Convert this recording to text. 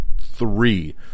Three